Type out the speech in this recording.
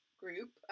group